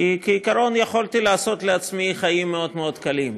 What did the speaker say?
כי כעיקרון יכולתי לעשות לעצמי חיים מאוד מאוד קלים,